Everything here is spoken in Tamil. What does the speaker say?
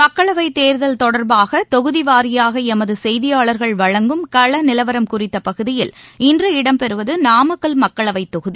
மக்களவைத் தேர்தல் தொடர்பாகதொகுதிவாரியாகஎமதுசெய்தியாளர்கள் வழங்கும் களநிலவரம் குறித்தபகுதியில் இன்று இடம் பெறுவதுநாமக்கல் மக்களவைதொகுதி